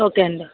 okay అండి